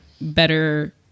better